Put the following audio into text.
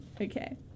Okay